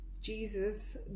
Jesus